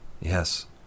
Yes